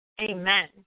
Amen